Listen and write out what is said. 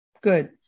Good